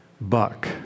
buck